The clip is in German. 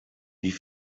wie